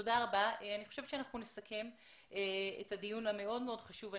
אני חושבת שאנחנו נסכם את הדיון המאוד מאוד חשוב הזה.